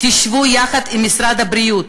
תשבו יחד עם משרד הבריאות,